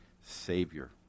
savior